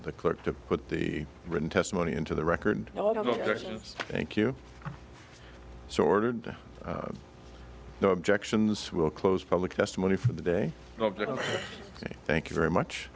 the clerk to put the written testimony into the record thank you so ordered no objections will close public testimony for the day ok thank you very much